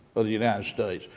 of the united states.